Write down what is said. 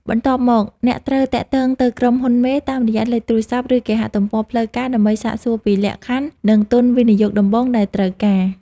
បន្ទាប់មក អ្នកត្រូវ "ទាក់ទងទៅក្រុមហ៊ុនមេ" តាមរយៈលេខទូរស័ព្ទ ឬគេហទំព័រផ្លូវការ ដើម្បីសាកសួរពីលក្ខខណ្ឌ និងទុនវិនិយោគដំបូងដែលត្រូវការ។